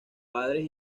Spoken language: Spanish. padres